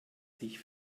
sich